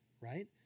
right